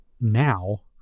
now